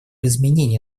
изменении